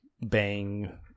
bang